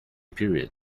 period